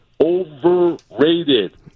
overrated